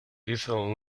hizo